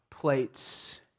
plates